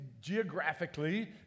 geographically